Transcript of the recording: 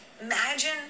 Imagine